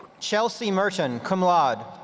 chelsea mershon, cum laude.